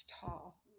tall